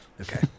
Okay